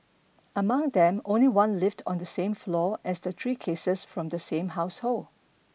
among them only one lived on the same floor as the three cases from the same household